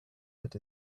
that